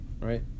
right